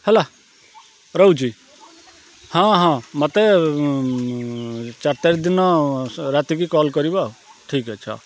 ହେଲା ରହୁଚି ହଁ ହଁ ମତେ ଚାରି ତାରିଖ ଦିନ ରାତି କି କଲ୍ କରିବ ଆଉ ହଉ ଠିକ୍ ଅଛି